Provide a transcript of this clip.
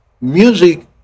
music